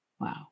Wow